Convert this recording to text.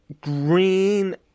green